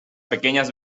pequeñas